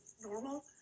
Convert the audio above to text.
normal